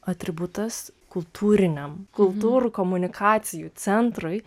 atributas kultūriniam kultūrų komunikacijų centrui